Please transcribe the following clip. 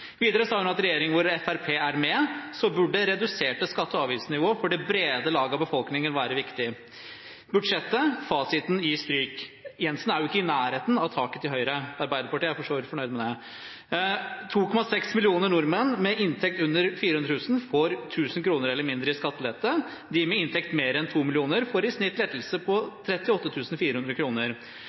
Videre sa hun at i en regjering hvor Fremskrittspartiet er med, burde redusert skatte- og avgiftsnivå for det brede lag av befolkningen være viktig. Fasiteten er at budsjettet står til stryk, for Jensen er jo ikke i nærheten av taket til Høyre, noe Arbeiderpartiet for så vidt er fornøyd med. 2,6 mill. nordmenn med inntekt under 400 000 kr, får 1 000 kr eller mindre i skattelette. De med inntekt på mer enn 2 mill. kr får i snitt en skattelette på